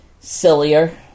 sillier